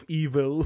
evil